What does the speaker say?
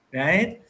right